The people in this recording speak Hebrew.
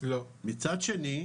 מצד שני,